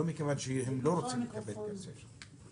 מכיוון שהם לא רוצים לקבל כרטיסי אשראי.